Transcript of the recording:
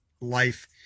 life